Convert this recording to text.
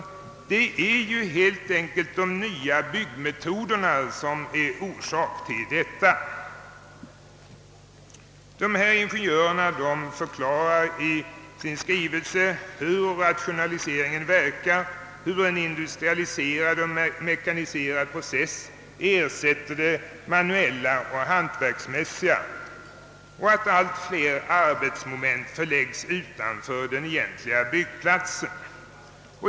Anledning härtill är emellertid de nya byggmetoderna. Ingenjörerna förklarar i sin skrivelse hur rationaliseringen verkar, hur en industrialiserad och mekaniserad process ersätter det manuella och hantverksmässiga och hur allt fler arbetsmoment förlägges utanför den egentliga byggplatsen.